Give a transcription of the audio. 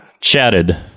chatted